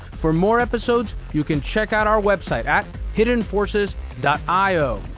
for more episodes, you can check out our website at hiddenforces io.